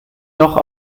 noch